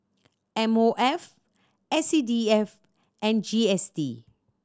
M O F S C D F and G S T